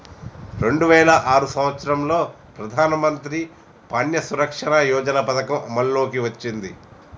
రెండు వేల ఆరు సంవత్సరంలో ప్రధానమంత్రి ప్యాన్య సురక్ష యోజన పథకం అమల్లోకి వచ్చింది